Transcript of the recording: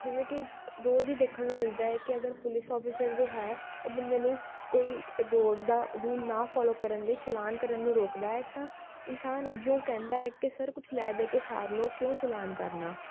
ਜਿਵੇਂ ਕਿ ਰੋਜ਼ ਹੀ ਦੇਖਣ ਨੂੰ ਮਿਲਦਾ ਹੈ ਕਿ ਅਗਰ ਪੁਲਿਸ ਔਫਿਸਰ ਜੋ ਹੈ ਉਹ ਬੰਦੇ ਨੂੰ ਕੋਈ ਰੋਡ ਦਾ ਰੂਲ ਨਾ ਫੋਲੋ ਕਰਨ ਲਈ ਚਲਾਨ ਕਰਨ ਨੂੰ ਰੋਕਦਾ ਹੈ ਤਾਂ ਇਨਸਾਨ ਅੱਗਿਓਂ ਕਹਿੰਦਾ ਹੈ ਕਿ ਸਰ ਕੁਝ ਲੈ ਦੇ ਕੇ ਸਾਰ ਲਓ ਕਿਉਂ ਚਲਾਨ ਕਰਨਾ